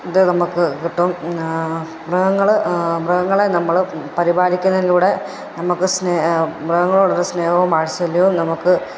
ഇത് നമുക്ക് കിട്ടും മൃഗങ്ങൾ മൃഗങ്ങളെ നമ്മൾ പരിപാലിക്കുന്നതിലൂടെ നമുക്ക് സ്നേഹം മൃഗങ്ങളോട് സ്നേഹവും വാൽസല്യവും നമുക്ക്